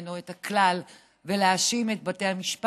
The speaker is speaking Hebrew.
ממנו את הכלל ולהאשים את בתי המשפט,